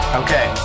okay